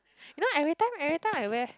you know every time every time I wear